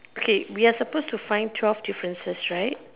okay we are supposed to find twelve differences right